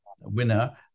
winner